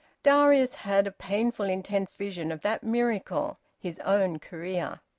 darius had a painful intense vision of that miracle, his own career.